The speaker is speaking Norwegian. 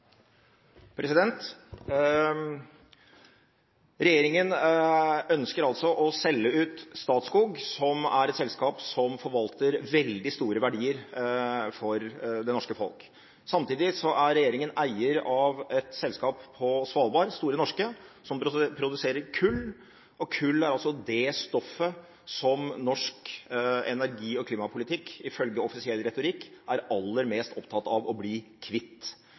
Regjeringen ønsker altså å selge ut Statskog, som er et selskap som forvalter veldig store verdier for det norske folk. Samtidig er regjeringen eier av et selskap på Svalbard – Store Norske – som produserer kull. Kull er altså det stoffet som man i norsk energi- og klimapolitikk, ifølge offisiell retorikk, er aller mest opptatt av å bli kvitt.